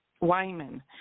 Wyman